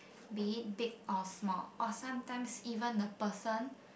be it big or small or sometimes even a person